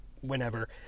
whenever